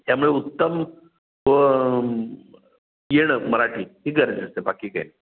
त्यामुळे उत्तम येणं मराठी ही गरज असते बाकी काही